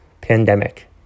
pandemic